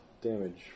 Damage